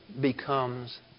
becomes